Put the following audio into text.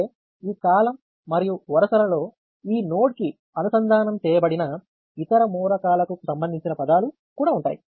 అయితే ఈ కాలమ్ మరియు వరుస లలో ఈ నోడ్కి అనుసంధానం చేయబడిన ఇతర మూలకాల కు సంబంధించిన పదాలు కూడా ఉంటాయి